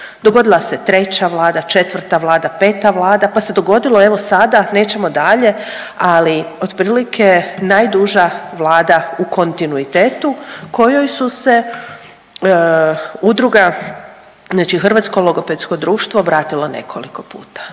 dogodila se treća vlada, četvrta vlada, peta vlada, pa se dogodilo, evo sada, nećemo dalje, ali otprilike najduža vlada u kontinuitetu kojoj su se udruga, znači Hrvatsko logopedsko društvo obratilo nekoliko puta.